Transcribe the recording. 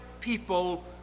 people